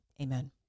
Amen